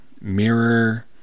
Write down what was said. mirror